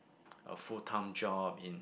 a full time job in